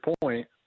point